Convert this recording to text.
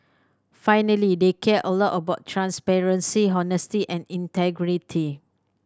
finally they care a lot about transparency honesty and integrity